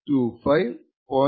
25 0